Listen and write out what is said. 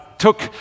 took